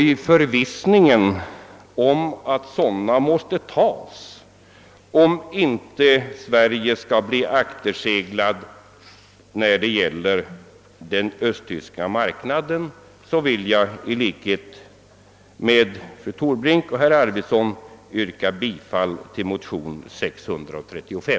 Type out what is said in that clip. I förvissningen om att sådana måste vidtas, om inte Sverige skall bli akterseglat på den östtyska marknaden, vill jag i likhet med fru Torbrink och herr Arvidson yrka bifall till motionsparet I: 504 och II: 635.